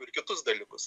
ir kitus dalykus